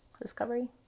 discovery